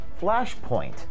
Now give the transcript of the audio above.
flashpoint